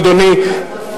אדוני,